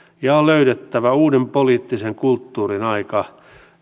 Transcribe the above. ja että on löydettävä uuden poliittisen kulttuurin aika